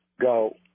go